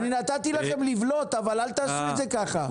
אני נתתי לכם לבלוט אבל אל תעשו את זה ככה.